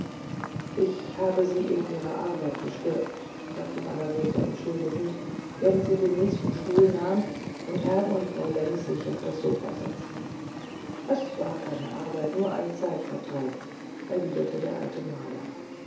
ich habe sie in ihrer arbeit gestört sagte margarete entschuldigend während sie den nächsten stuhl einnahm und herr und frau lenz sich auf das sofa setzten es war keine arbeit nur ein zeitvertreib erwiderte der alte maler